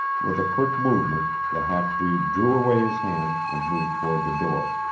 with a quick movement the half-breed drew away his hand and moved toward the door.